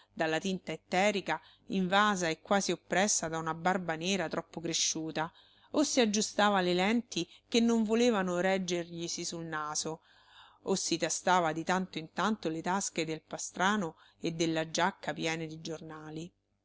dalla tinta itterica invasa e quasi oppressa da una barba nera troppo cresciuta o si aggiustava le lenti che non volevano reggerglisi sul naso o si tastava di tanto in tanto le tasche del pastrano e della giacca piene di giornali